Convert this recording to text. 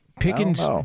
Pickens